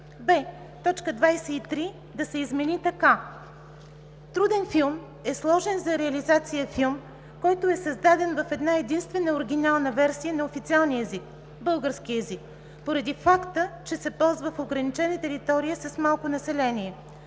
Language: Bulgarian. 23 да се измени така: „23. „Труден филм” е сложен за реализация филм, който е създаден в една единствена оригинална версия на официалния език – български език, поради факта, че се ползва в ограничена територия с малко население;